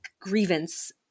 grievance